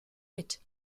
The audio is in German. mit